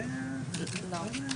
לא.